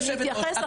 את רוצה שאני אדבר,